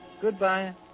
Goodbye